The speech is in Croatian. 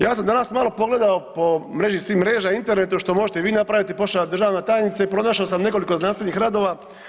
Ja sam danas malo pogledao po mreži svih mreža, internetu, što možete i vi napraviti poštovana državna tajnice i pronašao sam nekoliko znanstvenih radova.